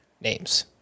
names